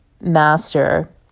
master